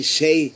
say